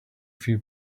few